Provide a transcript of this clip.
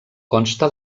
consta